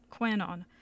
Quanon